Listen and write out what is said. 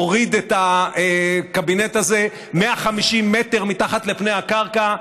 הוריד את הקבינט הזה 150 מטר מתחת לפני הקרקע.